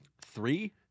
Three